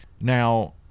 Now